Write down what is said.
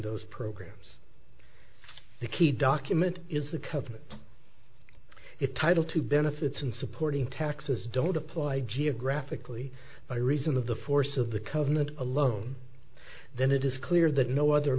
those programs the key document is the covenant it title to benefits and supporting taxes don't apply geographically by reason of the force of the covenant alone then it is clear that no other